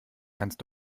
kannst